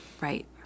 Right